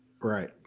right